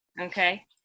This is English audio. okay